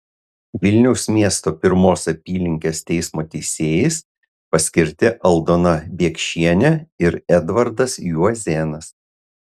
vilniaus miesto pirmos apylinkės teismo teisėjais paskirti aldona biekšienė ir edvardas juozėnas